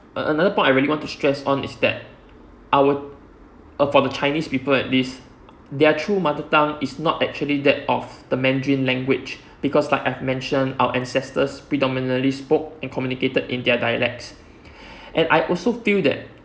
another point I really want to stress on is that our uh for the chinese people at least their true mother tongue is not actually that of the mandarin language because like I've mentioned our ancestors predominantly spoke and communicated in their dialects and I also feel that